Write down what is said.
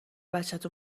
بچت